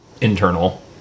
internal